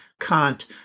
Kant